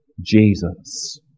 Jesus